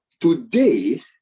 today